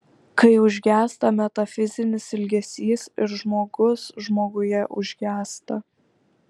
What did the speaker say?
kai užgęsta metafizinis ilgesys ir žmogus žmoguje užgęsta